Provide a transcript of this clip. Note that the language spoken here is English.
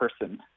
person